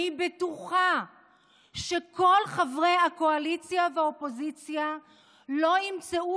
אני בטוחה שכל חברי הקואליציה והאופוזיציה לא ימצאו